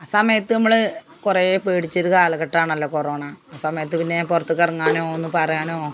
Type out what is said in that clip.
ആ സമയത്ത് നമ്മൾ കുറേ പേടിച്ചൊരു കാലഘട്ടമാണല്ലൊ കൊറോണ ആ സമയത്ത് പിന്നെ പുറത്തു കറങ്ങാനോ ഒന്നു പറയാനോ